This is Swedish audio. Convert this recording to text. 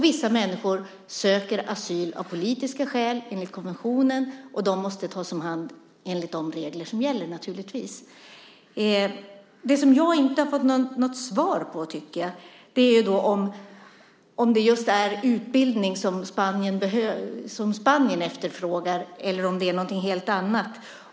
Vissa människor söker asyl av politiska skäl, enligt konventionen, och de måste naturligtvis tas om hand enligt de regler som gäller. Det som jag inte har fått något svar på är om det är just utbildning som Spanien efterfrågar eller om det är något helt annat.